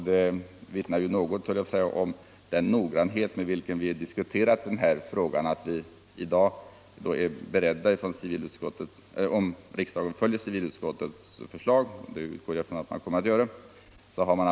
Det vittnar ju om den noggrannhet med vilken civilutskottet behandlat frågan. Herr talman!